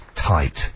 tight